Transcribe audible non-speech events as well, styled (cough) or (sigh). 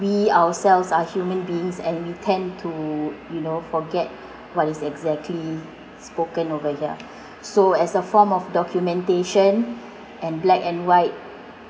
we ourselves are human beings and we tend to you know forget what is exactly spoken over here (breath) so as a form of documentation and black and white